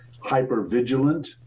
hyper-vigilant